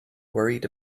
worried